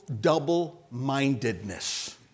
double-mindedness